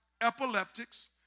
epileptics